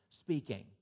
speaking